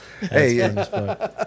Hey